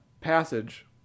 passage